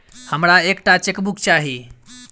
हमरा एक टा चेकबुक चाहि